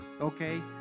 Okay